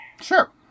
Sure